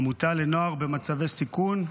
עמותה לנוער במצבי סיכון.